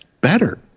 better